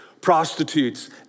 Prostitutes